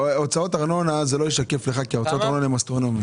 הוצאות ארנונה זה לא ישקף לך כי הוצאות הארנונה הן אסטרונומיות.